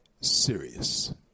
serious